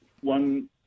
one